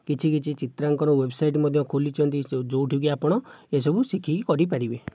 କିଛି କିଛି ଚିତ୍ରକର ୱେବସାଇଟ ମଧ୍ୟ ଖୋଲିଛନ୍ତି ଯେଉଁଠୁକି ଆପଣ ଏସବୁ ଶିଖିକି କରିପାରିବେ